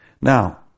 Now